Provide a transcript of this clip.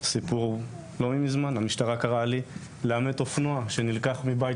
זה עולה לי המון כסף ואני עובד כבר ארבע שנים על הקמת מסלול קבוע.